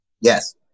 Yes